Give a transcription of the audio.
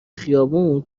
خیابون